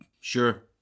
Sure